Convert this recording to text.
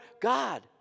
God